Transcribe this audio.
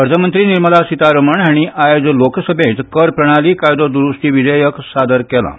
अर्थमंत्री निर्मला सितारमण हांणी आयज लोकसभेंत कर प्रणाली कायदो द्रूस्ती विधेयक सादर केलां